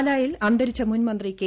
പാലയിൽ അ ന്തരിച്ച മുൻമന്ത്രി കെ